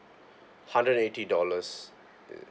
hundred and eighty dollars the